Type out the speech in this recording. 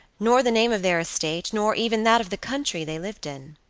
nor the name of their estate, nor even that of the country they lived in.